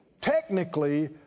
technically